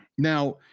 Now